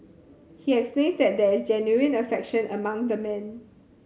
he explains that there is genuine affection among the men